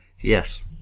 Yes